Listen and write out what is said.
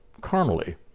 carnally